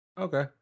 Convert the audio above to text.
Okay